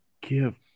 give